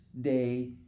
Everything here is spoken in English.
day